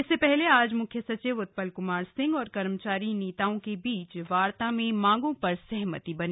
इससे पहले आज म्ख्य सचिव उत्पल क्मार सिंह और कर्मचारी नेताओं के बीच वार्ता में मांगों पर सहमति बनी